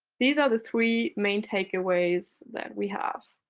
these are the three main takeaways that we have.